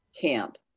camp